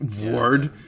Ward